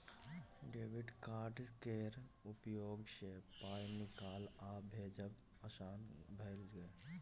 debit card केर उपयोगसँ पाय निकालब आ भेजब आसान भए गेल